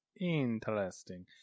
interesting